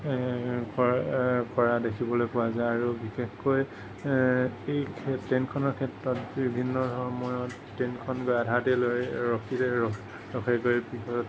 কৰে কৰা দেখিবলৈ পোৱা যায় বিশেষকৈ এই ট্ৰেইনখনৰ ক্ষেত্ৰত বিভিন্ন সময়ত ট্ৰেইনখন গৈ আধাতে ৰৈ ৰখি যায় ৰখেগৈ